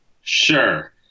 Sure